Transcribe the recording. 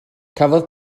cafodd